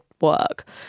work